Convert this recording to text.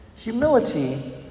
Humility